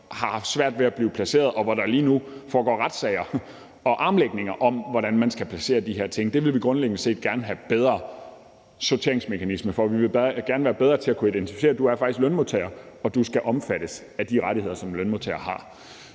har haft svært ved at blive placeret, og hvor der lige nu foregår retssager og armlægninger om, hvordan man skal placere de her ting. Det vil vi grundlæggende set gerne have bedre sorteringsmekanismer for. Vi vil gerne være bedre til at kunne identificere og sige: Du er faktisk lønmodtager, og du skal omfattes af de rettigheder, som lønmodtagere har.